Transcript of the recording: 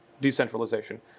decentralization